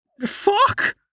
fuck